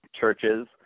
churches